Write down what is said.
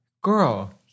girl